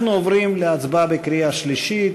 אנחנו עוברים להצבעה בקריאה שלישית.